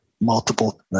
multiple